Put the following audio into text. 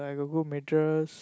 I got good mattress